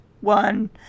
one